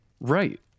Right